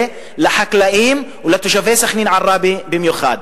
לחקלאים ולתושבי סח'נין עראבה במיוחד.